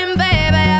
baby